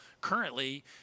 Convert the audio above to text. currently